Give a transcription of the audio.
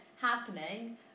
happening